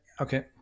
Okay